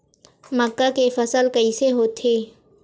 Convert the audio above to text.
मक्का के फसल कइसे होथे?